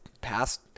past